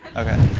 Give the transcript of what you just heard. okay.